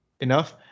Enough